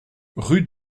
rue